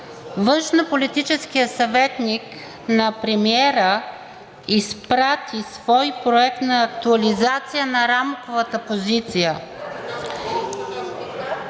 външнополитическият съветник на премиера изпрати свой проект на актуализация на Рамковата позиция.